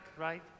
right